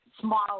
small